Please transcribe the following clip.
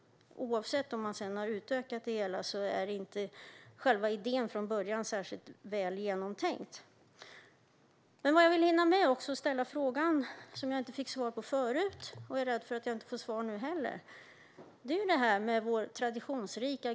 Även om man senare har utökat det hela är själva idén från början inte särskilt väl genomtänkt. Men jag ville också hinna med att ställa min fråga om vår traditionsrika gruv och mineralindustri, som jag är rädd att jag inte heller denna gång får svar på.